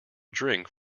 drink